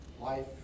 life